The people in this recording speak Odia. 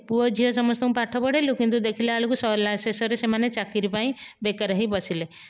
ପୁଅ ଝିଅ ସମସ୍ତଙ୍କୁ ପାଠ ପଢ଼େଇଲୁ କିନ୍ତୁ ଦେଖିଲା ବେଳକୁ ସରିଲା ଶେଷରେ ସେମାନେ ଚାକିରି ପାଇଁ ବେକାର ହୋଇ ବସିଲେ